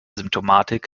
symptomatik